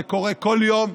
זה קורה כל יום,